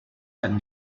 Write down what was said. had